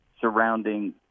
surrounding